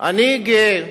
אני גאה